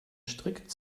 strikt